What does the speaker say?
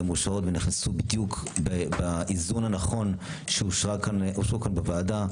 מאושרות ונכנסו בדיוק באיזון הנכון שאושרו פה בוועדה.